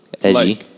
Edgy